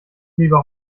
lieber